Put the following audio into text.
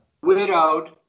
widowed